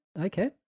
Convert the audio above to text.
Okay